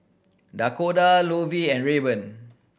Dakoda Lovie and Rayburn